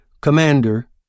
Commander